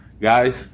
guys